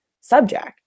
subject